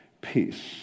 peace